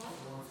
נכון?